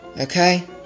Okay